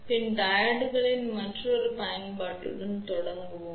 எனவே பின் டையோட்களின் மற்றொரு பயன்பாட்டுடன் தொடங்குவோம்